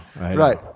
Right